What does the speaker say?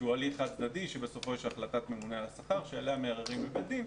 שהוא הליך חד צדדי שבסופו יש החלטת ממונה על השכר שעליה מערערים הצדדים.